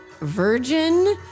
virgin